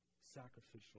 sacrificial